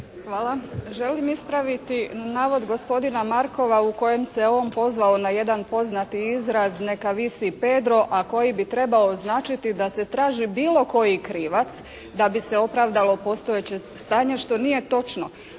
Hvala. Želim ispraviti navod gospodina Markova u kojem se on pozvao na jedan poznati izraz "Neka visi Pedro" a koji bi trebao značiti da se traži bilo koji krivac da bi se opravdalo postojeće stanje što nije točno.